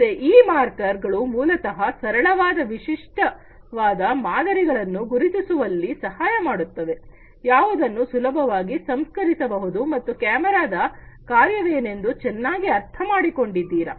ಮತ್ತೆ ಈ ಮಾರ್ಕರ್ ಗಳು ಮೂಲತಃ ಸರಳವಾದ ವಿಶಿಷ್ಟವಾದ ಮಾದರಿಗಳನ್ನು ಗುರುತಿಸುವಲ್ಲಿ ಸಹಾಯ ಮಾಡುತ್ತವೆ ಯಾವುದನ್ನು ಸುಲಭವಾಗಿ ಸಂಸ್ಕರಿಸಬಹುದು ಮತ್ತು ಕ್ಯಾಮರಾದ ಕಾರ್ಯವೆನೆಂದು ಚೆನ್ನಾಗಿ ಅರ್ಥ ಮಾಡಿಕೊಂಡಿದ್ದೀರ